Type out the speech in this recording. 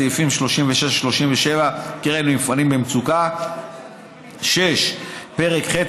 סעיפים 36 ו-37 (קרן למפעלים במצוקה); 6. פרק ח',